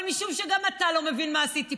אבל משום שגם אתה לא מבין מה עשיתי פה,